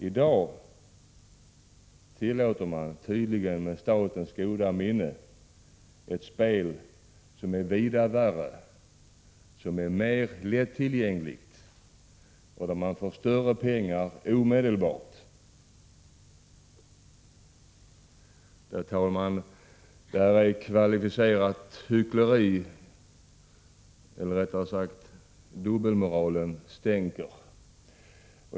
I dag tillåter man, tydligen med statens goda minne, ett spel som är vida värre. Det är mer lättillgängligt, och man får större summor pengar omedelbart. Herr talman! Detta är kvalificerat hyckleri. Eller rättare sagt: Dubbelmoralen stänker.